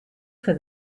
for